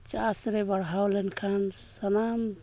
ᱪᱟᱥ ᱨᱮ ᱵᱟᱲᱦᱟᱣ ᱞᱮᱱᱠᱷᱟᱱ ᱥᱟᱱᱟᱢ